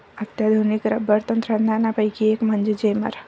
अत्याधुनिक रबर तंत्रज्ञानापैकी एक म्हणजे जेमर